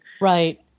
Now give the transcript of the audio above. right